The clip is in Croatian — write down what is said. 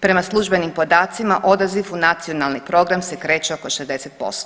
Prema službenim podacima odaziv u nacionalni program se kreće oko 60%